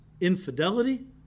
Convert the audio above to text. infidelity